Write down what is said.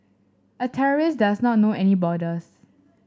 a terrorist does not know any borders